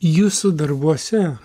jūsų darbuose